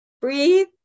breathe